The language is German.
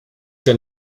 dein